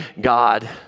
God